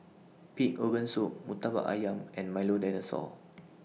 Pig Organ Soup Murtabak Ayam and Milo Dinosaur